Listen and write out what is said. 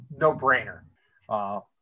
no-brainer